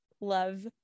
love